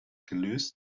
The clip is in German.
gelöst